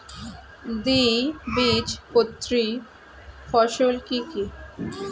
দ্বিবীজপত্রী ফসল কি কি?